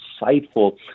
insightful